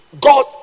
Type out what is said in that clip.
God